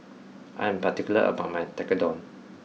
I am particular about my Tekkadon